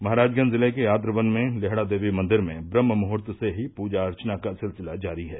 महराजगंज जिले के आद्रवन में लेहड़ा देवी मंदिर में ब्रह्मुहूर्त से ही पूजा अर्चना का सिलसिला जारी है